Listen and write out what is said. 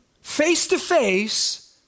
face-to-face